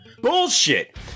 bullshit